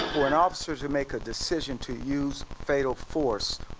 when officers and make a decision to use fatal force,